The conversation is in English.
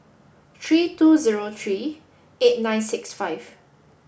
three two zero three eight nine six five